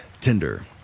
Tinder